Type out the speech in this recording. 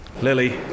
lily